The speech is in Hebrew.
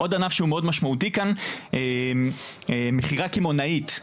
עוד ענף שהוא מאוד משמעותי כאן, מכירה קמעונאית.